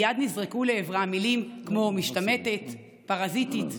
מייד נזרקו לעברה מילים כמו "משתמטת", "פרזיטית".